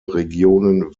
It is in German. regionen